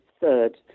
third